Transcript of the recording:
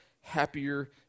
happier